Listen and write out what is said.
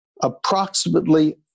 approximately